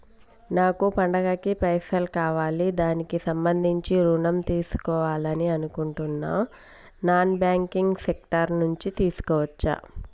నాకు పండగ కి పైసలు కావాలి దానికి సంబంధించి ఋణం తీసుకోవాలని అనుకుంటున్నం నాన్ బ్యాంకింగ్ సెక్టార్ నుంచి తీసుకోవచ్చా?